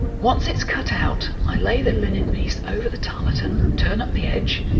once it's cut out, i lay the linen piece over the tarlatan, turn up the edge,